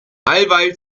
alleweil